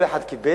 כל אחד קיבל,